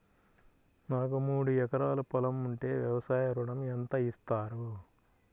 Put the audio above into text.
నాకు మూడు ఎకరాలు పొలం ఉంటే వ్యవసాయ ఋణం ఎంత ఇస్తారు?